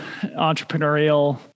entrepreneurial